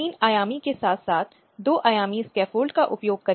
इसलिए समुदायों के भीतर महिलाओं के लिए कुटीर उद्योग आदि हैं